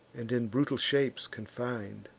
and in brutal shapes confin'd.